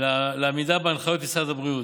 עמידה בהנחיות משרד הבריאות,